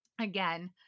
again